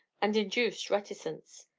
and induced reticence.